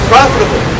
Profitable